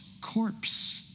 corpse